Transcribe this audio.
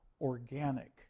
organic